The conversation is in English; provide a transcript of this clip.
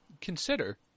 consider